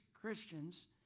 Christians